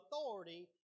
authority